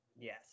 Yes